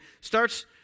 starts